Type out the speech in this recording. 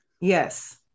Yes